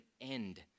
end